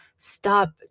stop